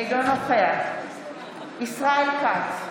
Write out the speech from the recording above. אינו נוכח ישראל כץ,